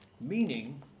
meaning